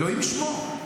אלוהים ישמור.